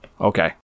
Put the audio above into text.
Okay